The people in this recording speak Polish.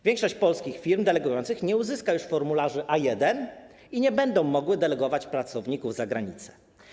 Większość polskich firm delegujących nie uzyska już formularzy A1 i nie będą one mogły delegować pracowników za granicę.